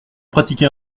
pratiquez